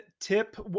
tip